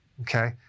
Okay